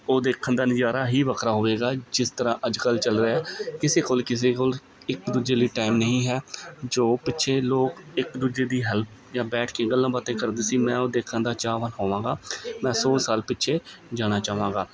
ਉਹ ਦੇਖਣ ਦਾ ਨਜ਼ਾਰਾ ਹੀ ਵੱਖਰਾ ਹੋਵੇਗਾ ਜਿਸ ਤਰ੍ਹਾਂ ਅੱਜ ਕੱਲ੍ਹ ਚੱਲ ਰਿਹਾ ਕਿਸੇ ਕੋਲ ਕਿਸੇ ਕੋਲ ਇੱਕ ਦੂਜੇ ਲਈ ਟਾਈਮ ਨਹੀਂ ਹੈ ਜੋ ਪਿੱਛੇ ਲੋਕ ਇੱਕ ਦੂਜੇ ਦੀ ਹੈਲਪ ਜਾਂ ਬੈਠ ਕੇ ਗੱਲਾਂ ਬਾਤਾਂ ਕਰਦੇ ਸੀ ਮੈਂ ਉਹ ਦੇਖਣ ਦਾ ਚਾਹਵਾਨ ਹੋਵਾਂਗਾ ਮੈਂ ਸੌ ਸਾਲ ਪਿੱਛੇ ਜਾਣਾ ਚਾਹਾਂਗਾ